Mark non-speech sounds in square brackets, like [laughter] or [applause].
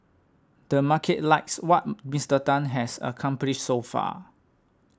the market likes what [noise] Mister Tan has accomplished so far